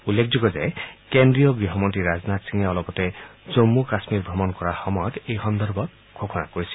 উল্লেখযোগ্য যে কেন্দ্ৰীয় গ্হমন্ত্ৰী ৰাজনাথ সিঙে অলপতে ৰাজ্যখনৰ ভ্ৰমণ কৰাৰ সময়ত এই সন্দৰ্ভত ঘোষণা কৰিছিল